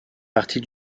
partie